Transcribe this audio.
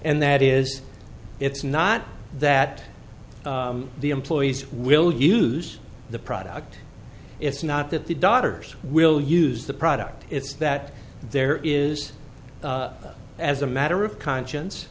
and that is it's not that the employees will use the product it's not that the daughters will use the product it's that there is as a matter of conscience